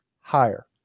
higher